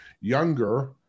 younger